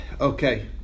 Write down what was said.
Okay